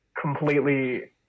completely